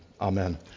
Amen